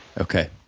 Okay